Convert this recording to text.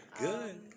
good